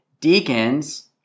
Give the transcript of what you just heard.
deacons